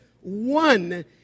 one